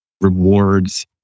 rewards